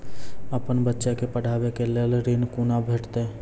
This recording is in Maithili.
अपन बच्चा के पढाबै के लेल ऋण कुना भेंटते?